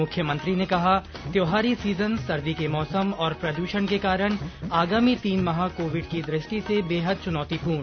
मुख्यमंत्री ने कहा त्यौहारी सीजन सर्दी के मौसम और प्रदूषण के कारण आगामी तीन माह कोविड की दृष्टि से बेहद चुनौतीपूर्ण